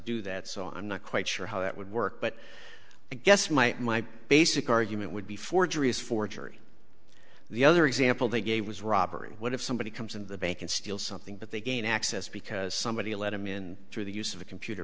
do that so i'm not quite sure how that would work but i guess my basic argument would be forgery is forgery the other example they gave was robbery what if somebody comes in the bank and steal something but they gain access because somebody let them in through the use of a computer